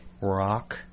rock